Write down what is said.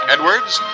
Edwards